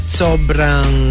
sobrang